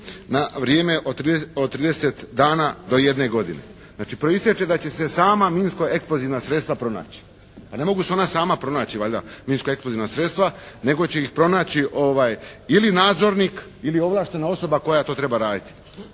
na vrijeme od 30 dana do jedne godine.» Znači proistječe da će se sama minsko-eksplozivna sredstva pronaći. Pa ne mogu se ona sama pronaći valjda minsko-eksplozivna sredstva nego će ih pronaći ili nadzornik ili ovlaštena osoba koja to treba raditi.